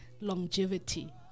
Longevity